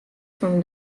from